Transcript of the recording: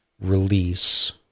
release